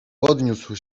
podniósł